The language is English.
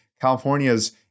California's